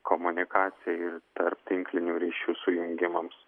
komunikacijai ir tarptinklinių ryšių sujungimams